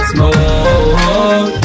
Smoke